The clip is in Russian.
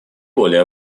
более